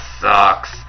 sucks